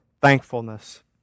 thankfulness